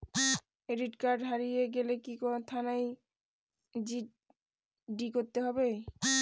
Credit card হারিয়ে গেলে কি থানায় জি.ডি করতে হয়?